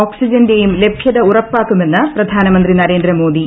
ഓക്സിജന്റെയും ലഭൃത ഉറപ്പാക്കുമെന്ന് പ്രധാനമന്ത്രി നരേന്ദ്ര മോദി